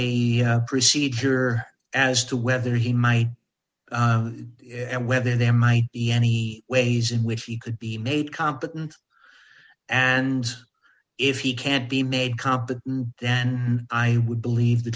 be a procedure as to whether he might and whether there might be any ways in which he could be made competent and if he can't be made competent then i would believe the